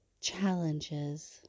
challenges